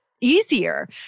easier